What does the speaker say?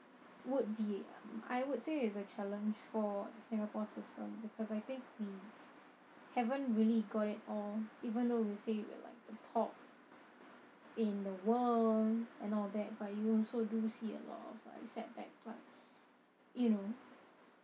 would be I would say is a challenge for the singapore system because I think we haven't really got it all even though we say we are like the top in the world and all that but you also do see a lot of like setback like you know